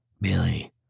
Billy